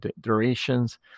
durations